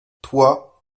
toi